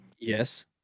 Yes